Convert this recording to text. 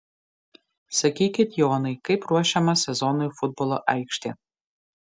sakykit jonai kaip ruošiama sezonui futbolo aikštė